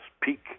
peak